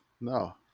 No